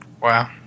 Wow